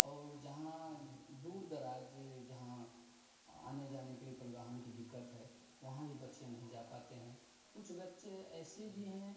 और जहाँ दूर दराज़ जहाँ आने जाने के लिए परिवहन की दिक्कत है वहाँ भी बच्चे नहीं जा पाते कुछ बच्चे ऐसे भी हैं